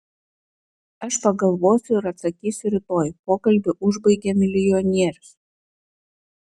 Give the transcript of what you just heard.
aš pagalvosiu ir atsakysiu rytoj pokalbį užbaigė milijonierius